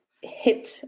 hit